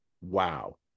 Wow